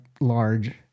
large